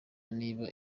niba